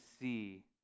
see